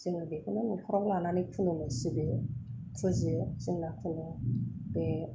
जोङो बेखौनो नखराव लानानै खुुलुमो सिबियो फुजियो जोंना बे